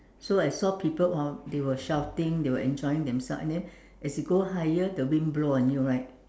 so I saw people while they were shouting they were enjoying themselves and then as you go higher the wind blow on you right